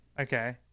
Okay